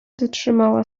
dotrzymała